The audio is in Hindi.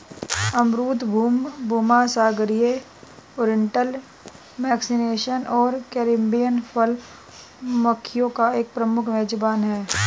अमरूद भूमध्यसागरीय, ओरिएंटल, मैक्सिकन और कैरिबियन फल मक्खियों का एक प्रमुख मेजबान है